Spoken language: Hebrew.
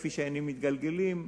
כפי שהעניינים מתגלגלים,